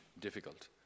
difficult